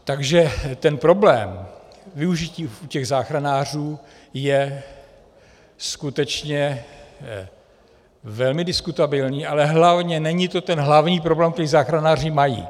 Takže ten problém využití u těch záchranářů je skutečně velmi diskutabilní, ale hlavně, není to hlavní problém, který záchranáři mají.